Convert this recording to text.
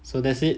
so that's it